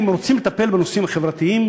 אם רוצים לטפל בנושאים החברתיים,